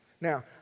Now